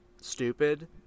stupid